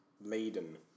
Laden